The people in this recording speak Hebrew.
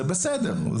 זה בסדר,